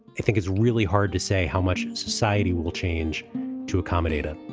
i think it's really hard to say how much society will change to accommodate a